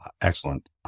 Excellent